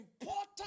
important